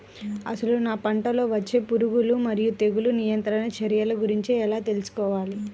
అసలు నా పంటలో వచ్చే పురుగులు మరియు తెగులుల నియంత్రణ చర్యల గురించి ఎలా తెలుసుకోవాలి?